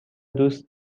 دوست